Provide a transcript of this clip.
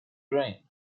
rain